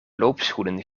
loopschoenen